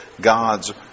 God's